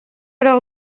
leur